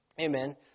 Amen